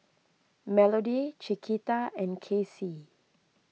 Melodie Chiquita and Kacie